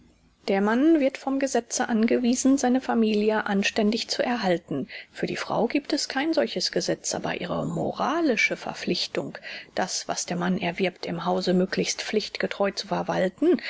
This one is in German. der mann wird vom gesetze angewiesen seine familie anständig zu erhalten für die frau gibt es kein solches gesetz aber ihre moralische verpflichtung das was der mann erwirbt im hause möglichst pflichtgetreu zu verwalten